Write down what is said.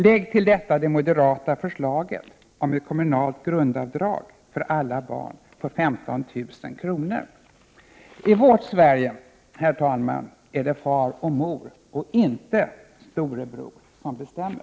Lägg till detta det moderata förslaget om ett kommunalt grundavdrag för alla barn på 15 000 kr. I vårt Sverige, herr talman, är det far och mor och inte storebror som bestämmer.